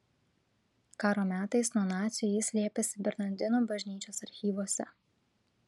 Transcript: karo metais nuo nacių jis slėpėsi bernardinų bažnyčios archyvuose